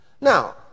Now